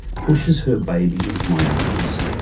pushes her baby into my arms.